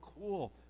cool